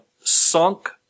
sunk